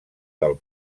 del